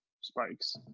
spikes